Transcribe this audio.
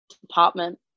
department